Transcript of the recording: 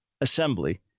assembly